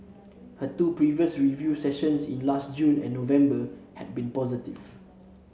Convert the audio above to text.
her two previous review sessions in last June and November had been positive